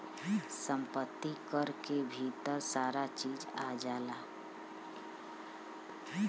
सम्पति कर के भीतर सारा चीज आ जाला